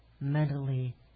mentally